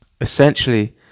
essentially